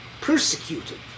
persecuted